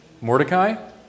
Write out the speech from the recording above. Mordecai